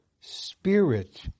spirit